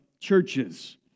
churches